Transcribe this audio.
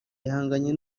ihanganye